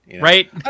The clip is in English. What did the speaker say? Right